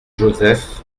joseph